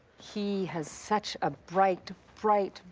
he has such a bright, bright,